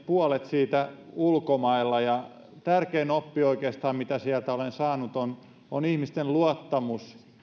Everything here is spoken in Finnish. puolet edellisestä työurastani ulkomailla ja tärkein oppi oikeastaan mitä sieltä olen saanut on on ihmisten luottamus